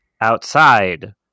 outside